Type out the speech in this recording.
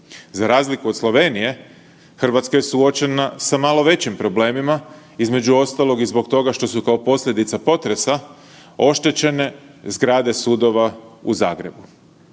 Za razliku od Slovenije, Hrvatska je suočena sa malo većim problemima, između ostalog i zbog toga što su kao posljedica potresa oštećene zgrade sudova u Zagrebu.